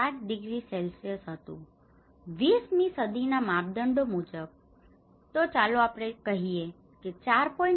5 degree Celsius હતું 20મી સદી ના માપદંડો મુજબ ચાલો આપણે કહીએ કે 4